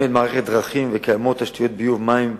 מערכת דרכים וקיימות תשתיות ביוב ומים,